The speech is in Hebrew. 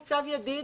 ניצב ידיד,